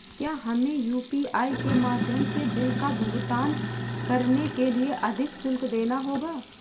क्या हमें यू.पी.आई के माध्यम से बिल का भुगतान करने के लिए अधिक शुल्क देना होगा?